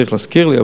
צריך להזכיר לי,